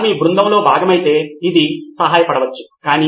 నితిన్ కురియన్ సమీక్షించే భాగం మరియు చాలా సమయం తీసుకుంటుంది అవును